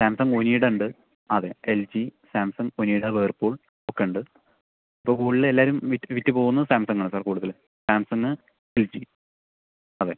Samsung Onida ഉണ്ട് അതെ L G Samsung Onida Whirlpool ഒക്കെ ഉണ്ട് ഇപ്പം കൂടുതൽ എല്ലാവരും വിറ്റ് വിറ്റ് പോവുന്നത് സാംസംഗാണ് സാർ കൂടുതൽ സാംസംഗ് ഫ്രിഡ്ജ് അതെ